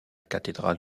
cathédrale